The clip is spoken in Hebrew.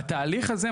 בתהליך הזה,